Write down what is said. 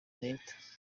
leta